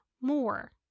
more